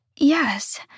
Yes